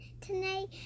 tonight